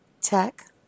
tech